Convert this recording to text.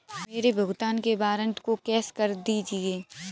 मेरे भुगतान के वारंट को कैश कर दीजिए